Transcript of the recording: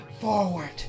forward